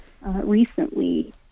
recently